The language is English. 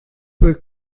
were